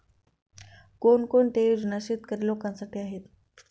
कोणकोणत्या योजना शेतकरी लोकांसाठी आहेत?